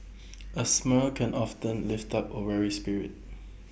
A smile can often lift up A weary spirit